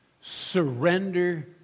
surrender